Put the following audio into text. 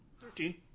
Thirteen